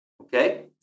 Okay